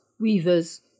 weavers